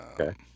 Okay